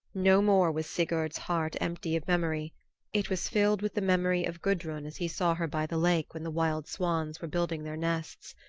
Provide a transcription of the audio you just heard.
no more was sigurd's heart empty of memory it was filled with the memory of gudrun as he saw her by the lake when the wild swans were building their nests.